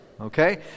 Okay